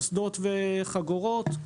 קסדות וחגורות.